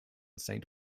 saint